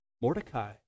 Mordecai